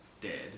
dead